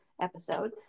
episode